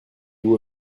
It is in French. vous